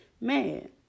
mad